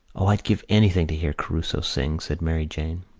o, i'd give anything to hear caruso sing, said mary jane.